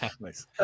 Nice